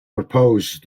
proposed